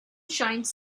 shines